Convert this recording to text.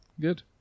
Good